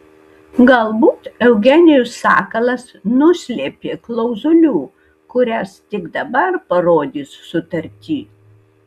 galbūt eugenijus sakalas nuslėpė klauzulių kurias tik dabar parodys sutarty